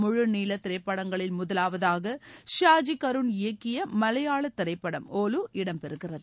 முழு நீள திரைப்படங்களில் முதலாவதாக ஷாஜி கருண் இயக்கிய மலையாள திரைப்படம் ஒலு இடம்பெறுகிறது